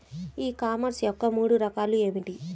E commerce యొక్క మూడు రకాలు ఏమిటి?